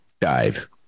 dive